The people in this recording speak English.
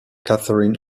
catherine